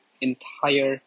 entire